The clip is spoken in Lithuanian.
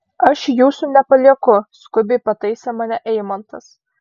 aš jūsų nepalieku skubiai pataisė mane eimantas